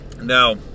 Now